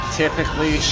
typically